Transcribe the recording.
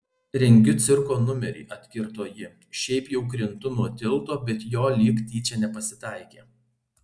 rengiu cirko numerį atkirto ji šiaip jau krintu nuo tilto bet jo lyg tyčia nepasitaikė